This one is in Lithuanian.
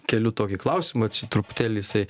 keliu tokį klausimą čia truputėlį jisai